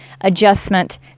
adjustment